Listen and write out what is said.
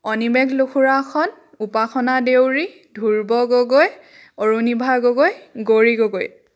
Animesh Lukhurakhon Upasana Deori Dhruba Gogoi Arunibha Gogoi Gouri Gogoi